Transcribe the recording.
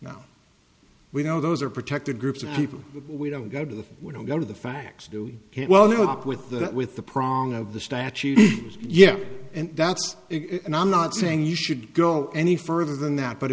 now we know those are protected groups of people we don't go to the we don't know the facts do well not with that with the prong of the statute yeah and that's it and i'm not saying you should go any further than that but